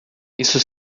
isso